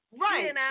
Right